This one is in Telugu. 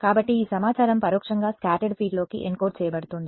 కాబట్టి ఈ సమాచారం పరోక్షంగా స్కాటర్డ్ ఫీల్డ్లోకి ఎన్కోడ్ చేయబడుతోంది